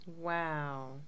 Wow